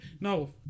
No